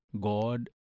God